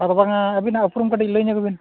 ᱟᱫᱚ ᱵᱟᱝᱟ ᱟᱹᱵᱤᱱᱟᱜ ᱩᱯᱨᱩᱢ ᱠᱟᱹᱴᱤᱡ ᱞᱟᱹᱭ ᱧᱚᱜᱽ ᱵᱤᱱ